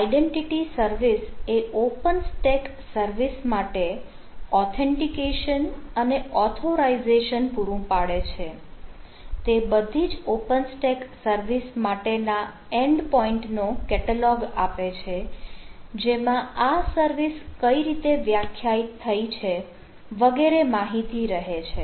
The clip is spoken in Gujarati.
આઇડેન્ટિટી સર્વિસ એ ઓપન સ્ટેક સર્વિસ માટે ઓથેન્ટિકેશન આપે છે જેમાં આ સર્વિસ કઈ રીતે વ્યાખ્યાયિત થઈ છે વગેરે માહિતી રહે છે